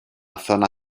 zona